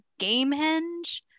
Gamehenge